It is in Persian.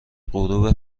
غروب